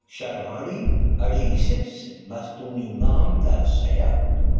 सर्वाणि अढीसिव्स् वस्तूनि मां दर्शय